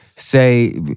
say